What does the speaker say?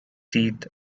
teeth